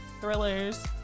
thrillers